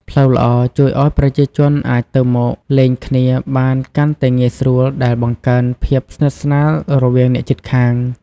ផ្លូវល្អជួយឲ្យប្រជាជនអាច ទៅមកលេងគ្នាបានកាន់តែងាយស្រួល ដែលបង្កើនភាពស្និទ្ធស្នាលរវាងអ្នកជិតខាង។